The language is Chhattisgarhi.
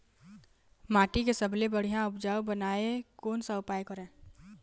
माटी के सबसे बढ़िया उपजाऊ बनाए कोन सा उपाय करें?